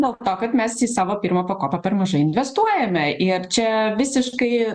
dėl to kad mes į savo pirmą pakopą per mažai investuojame ir čia visiškai